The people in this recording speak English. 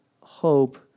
hope